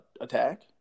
attack